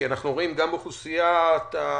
כי אנחנו רואים גם באוכלוסייה המבוגרת,